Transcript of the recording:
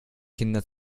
kinder